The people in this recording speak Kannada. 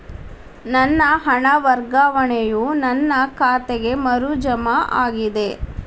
ನನ್ನ ಹಣ ವರ್ಗಾವಣೆಯು ನನ್ನ ಖಾತೆಗೆ ಮರು ಜಮಾ ಆಗಿದೆ